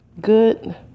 Good